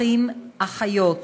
אחים, אחיות,